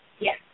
Yes